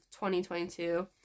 2022